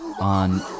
on